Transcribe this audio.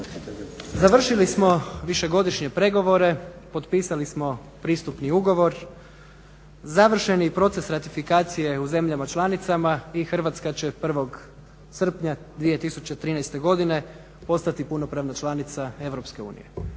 Završili smo višegodišnje pregovore, potpisali smo pristupni ugovor, završen je i proces ratifikacije u zemljama članicama i Hrvatska će 1. srpnja 2013. godine postati punopravna članica EU.